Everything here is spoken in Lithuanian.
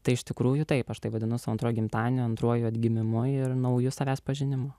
tai iš tikrųjų taip aš tai vadinu savo antruoju gimtadieniu antruoju atgimimu ir nauju savęs pažinimu